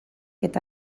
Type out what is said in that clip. eta